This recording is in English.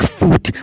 food